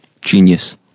Genius